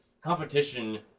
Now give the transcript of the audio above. competition